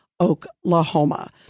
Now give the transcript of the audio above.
Oklahoma